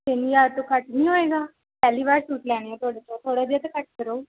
ਤਿੰਨ ਹਜ਼ਾਰ ਤੋਂ ਘੱਟ ਨਹੀਂ ਹੋਏਗਾ ਪਹਿਲੀ ਵਾਰ ਸੂਟ ਲੈਣੇ ਆਂ ਤੁਹਾਡੇ ਤੋਂ ਥੋੜ੍ਹਾ ਜਿਹਾ ਤਾਂ ਘੱਟ ਕਰੋ